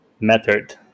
method